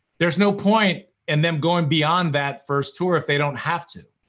there's no point in them going beyond that first tour if they don't have to.